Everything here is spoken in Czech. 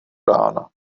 rána